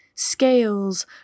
Scales